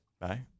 Bye